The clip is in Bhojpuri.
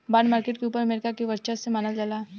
बॉन्ड मार्केट के ऊपर अमेरिका के वर्चस्व मानल जाला